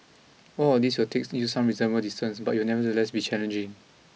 all of these will takes you some reasonable distance but it will nevertheless be challenging